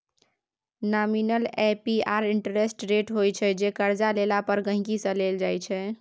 nominal APR interest rate होइ छै जे करजा लेला पर गांहिकी सँ लेल जाइ छै